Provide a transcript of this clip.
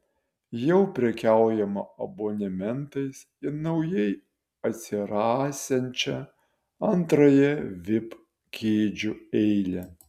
jau prekiaujama abonementais į naujai atsirasiančią antrąją vip kėdžių eilę